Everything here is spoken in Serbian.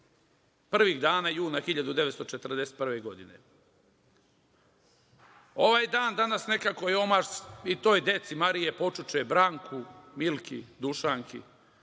prvih dana juna 1941. godine. Ovaj dan danas nekako je omaž i toj deci Marije Počuče, Branku, Milki, Dušanki,